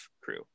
crew